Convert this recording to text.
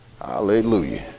Hallelujah